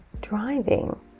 driving